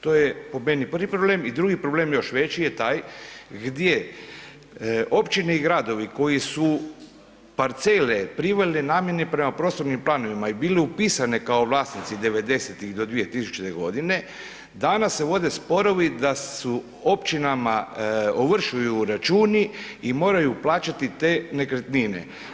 To je po meni prvi problem i drugi problem još veći je taj gdje općine i gradovi koji su parcele priveli namjeni prema prostornim planovima i bile upisane kao vlasnici 90-ih do 2000. g., danas se vode sporovi da se općinama ovršuju računi i moraju plaćati te nekretnine.